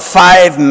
five